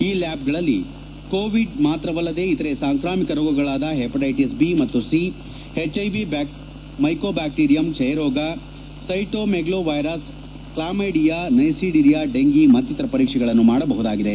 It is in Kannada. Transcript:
ಈ ಲ್ಯಾಬ್ಗಳಲ್ಲಿ ಕೋವಿಡ್ ಮಾತ್ರವಲ್ಲದೆ ಇತರೆ ಸಾಂಕ್ರಾಮಿಕ ರೋಗಗಳಾದ ಹೆಪಟಿಟಿಸ್ ಬಿ ಮತ್ತು ಸಿ ಸಿ ಎಚ್ಐವಿ ಮೈಕೋಬ್ಲಾಕ್ವೀರಿಯಂ ಕ್ಷಯರೋಗ ಸೈಟೋಮೆಗ್ಲೋವೈರಸ್ ಕ್ಲಾಮೈಡಿಯಾ ನೈಸೀರಿಯಾ ಡೆಂಫಿ ಮತ್ತಿತರ ಪರೀಕ್ಷೆಗಳನ್ನು ಮಾಡಬಹುದಾಗಿದೆ